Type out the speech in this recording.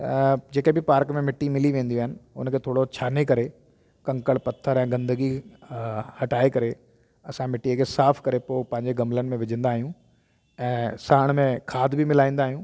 जेके बि पार्क में मिटी मिली वेंदियूं आहिनि उनखे थोरो छाणे करे कंकड़ पत्थर ऐं गंदगी हटाए करे असां मिटीअ खे साफ़ु करे पोइ पंहिंजे गमलनि में विझंदा आहियूं ऐं साण में खाद बि मिलाईंदा आहियूं